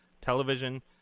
television